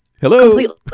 hello